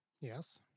Yes